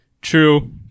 True